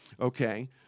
Okay